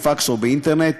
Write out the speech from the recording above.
בפקס או באינטרנט,